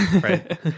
Right